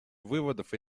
выводов